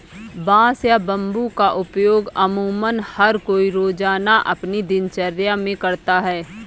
बांस या बम्बू का उपयोग अमुमन हर कोई रोज़ाना अपनी दिनचर्या मे करता है